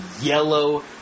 yellow